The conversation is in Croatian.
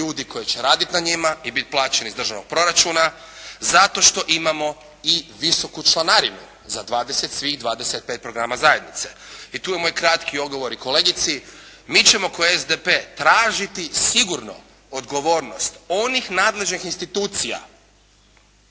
ljudi koji će raditi na njima i bit plaćeni iz državnog proračuna, zato što imamo i visoku članarinu za svih dvadeset i pet programa zajednice. I tu je moj kratki odgovor i kolegici. Mi ćemo kao SDP-a tražiti sigurno odgovornost onih nadležnih institucija